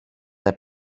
δεν